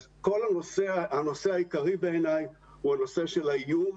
אז הנושא העיקרי בעיניי הוא הנושא של האיום,